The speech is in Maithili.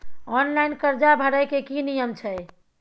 ऑनलाइन कर्जा भरै के की नियम छै?